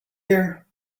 here